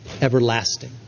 everlasting